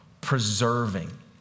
preserving